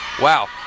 Wow